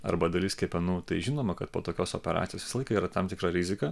arba dalis kepenų tai žinoma kad po tokios operacijos visą laiką yra tam tikra rizika